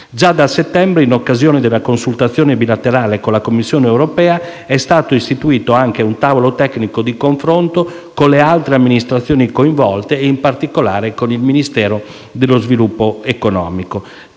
Già da settembre, in occasione della consultazione bilaterale con la Commissione europea, è stato istituito anche un tavolo tecnico di confronto con le altre amministrazioni coinvolte ed in particolare con il Ministero dello sviluppo economico.